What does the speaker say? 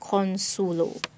Consuelo